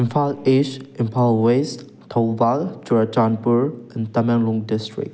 Imphal is Imphal west Thoubal Churachandpur and Tamenglong district